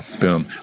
Boom